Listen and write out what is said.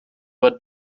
aber